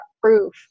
proof